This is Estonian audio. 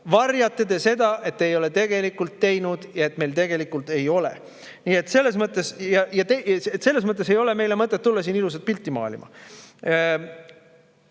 varjate te seda, et te ei ole tegelikult teinud ja et meil tegelikult ei ole. Selles mõttes ei ole mõtet tulla siia meile ilusat pilti maalima.